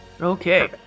Okay